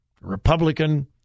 Republican